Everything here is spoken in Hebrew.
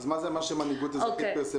אז מה זה מה שמנהיגות אזרחית פרסמה,